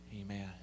Amen